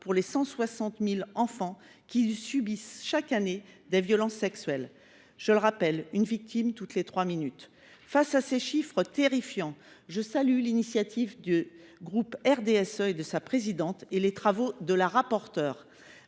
pour les 160 000 enfants qui subissent chaque année des violences sexuelles. Je le rappelle, il y a une victime toutes les trois minutes ! Face à ces chiffres terrifiants, je salue l’initiative du groupe RDSE et de sa présidente, ainsi que les travaux de la rapporteure.